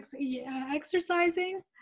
Exercising